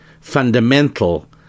fundamental